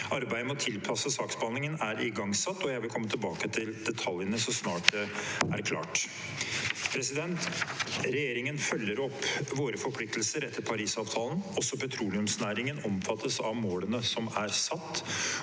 Arbeidet med å tilpasse saksbehandlingen er igangsatt, og jeg vil komme tilbake til detaljene så snart det er klart. Regjeringen følger opp våre forpliktelser etter Parisavtalen. Også petroleumsnæringen omfattes av målene som er satt,